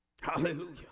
Hallelujah